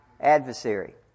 adversary